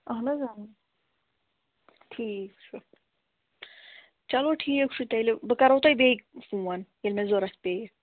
اَہَن حظ ٹھیٖک چھُ چلو ٹھیٖک چھُ تیٚلہِ بہٕ کَرہو تۄہہِ بیٚیہِ فون ییٚلہِ مےٚ ضروٗرت پیٚیہِ